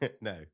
No